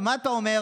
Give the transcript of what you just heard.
ומה אתה אומר?